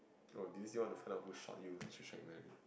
oh do you still want to find out who shot you you should check man